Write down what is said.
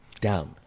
down